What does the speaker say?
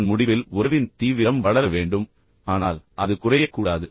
அதன் முடிவில் உறவின் தீவிரம் வளர வேண்டும் ஆனால் அது குறையக்கூடாது